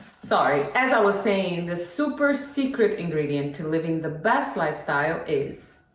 sorry, as i was saying, the super secret ingredient to living the best lifestyle is.